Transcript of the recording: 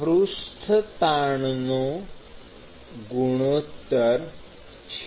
પૃષ્ઠતાણનો ગુણોત્તર છે